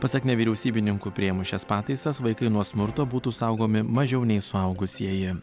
pasak nevyriausybininkų priėmus šias pataisas vaikai nuo smurto būtų saugomi mažiau nei suaugusieji